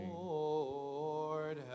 Lord